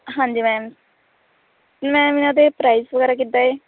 ਹਾਂਜੀ ma'am ma'am ਇੰਨਾਂ ਦੇ ਪ੍ਰਾਈਜ਼ ਵਗੈਰਾ ਕਿੱਦਾਂ ਏ